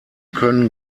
können